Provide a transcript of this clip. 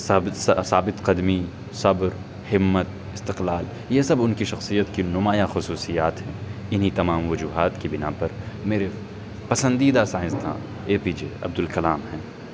ثابت ثابت قدمی صبر ہمت استقلال یہ سب ان کی شخصیت کی نمایاں خصوصیات ہیں انہیں تمام وجوہات کی بنا پر میرے پسندیدہ سائنسداں اے پی جے عبد الکلام ہیں